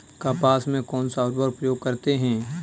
कपास में कौनसा उर्वरक प्रयोग करते हैं?